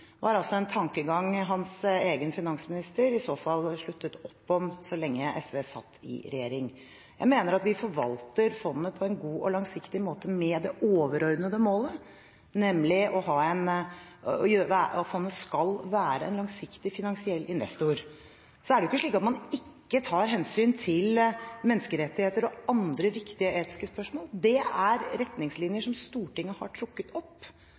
var altså en tankegang hans egen finansminister i så fall sluttet opp om så lenge SV satt i regjering. Jeg mener at vi forvalter fondet på en god og langsiktig måte med det overordnede målet, nemlig at fondet skal være en langsiktig finansiell investor. Så er det ikke slik at man ikke tar hensyn til menneskerettigheter og andre viktige etiske spørsmål. Det er retningslinjer som Stortinget har trukket opp,